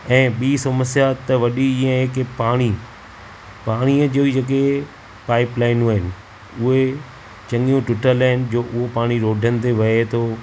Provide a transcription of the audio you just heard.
ऐं ॿी समस्या त वॾी इएं आहे की पाणी पाणीअ जो जेके पाइप लाइनूं आहिनि उहे चंङियूं टूटल आहिनि जो उहो पाणी रोडनि ते वहे थो